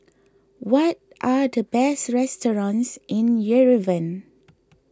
what are the best restaurants in Yerevan